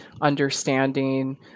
understanding